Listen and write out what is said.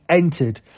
entered